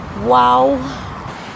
Wow